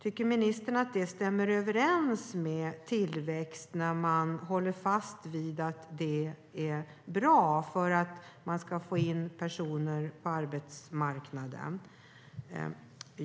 Tycker ministern att det stämmer överens med tillväxt när man håller fast vid att det är bra för att få in personer på arbetsmarknaden?